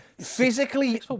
physically